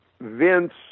Vince